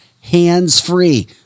hands-free